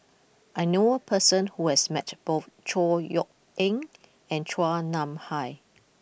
I knew a person who has met both Chor Yeok Eng and Chua Nam Hai